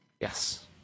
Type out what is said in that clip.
Yes